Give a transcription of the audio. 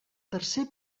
tercer